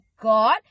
God